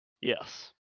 Yes